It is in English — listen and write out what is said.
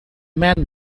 man